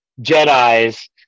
Jedi's